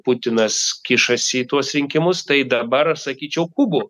putinas kišasi į tuos rinkimus tai dabar sakyčiau kubu